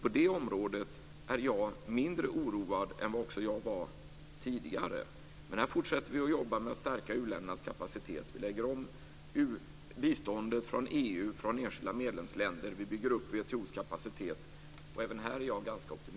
På det området är jag därför mindre oroad än vad jag var tidigare. Vi fortsätter att jobba med att stärka u-ländernas kapacitet. Vi lägger om biståndet från EU och från enskilda medlemsländer, och vi bygger upp WTO:s kapacitet. Även här är jag ganska optimistisk.